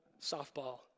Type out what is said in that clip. softball